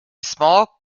small